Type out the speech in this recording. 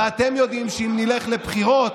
ואתם יודעים שאם נלך לבחירות,